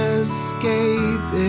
escape